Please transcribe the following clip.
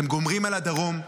אתם גומרים על הדרום,